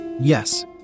Yes